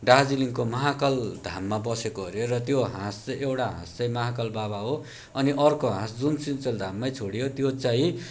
दार्जिलिङको महाकाल धाममा बसेको अरे र त्यो हाँस चाहिँ एउटा हाँस चाहिँ महाकाल बाबा हो अनि अर्को हाँस जुन सिन्चेल धाममै छोडियो त्यो चाहिँ